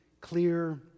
clear